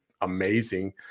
amazing